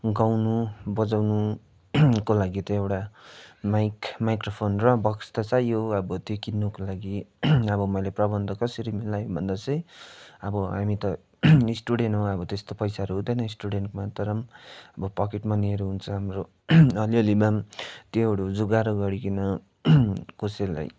गाउनु बजाउनु को लागि त एउटा माइक माइक्रोफोन र बक्स त चाहियो अब त्यो किन्नुको लागि अब मैले प्रबन्ध कसरी मिलाए भन्दा चाहिँ अब हामी त स्टुडेन्ट हो अब त्यस्तो पैसाहरू हुँदैन स्टुडेन्टमा तर अब पकेट मनीहरू हुन्छ हाम्रो अलि अलि भए त्योहरू जोगाड गरीकन कसैलाई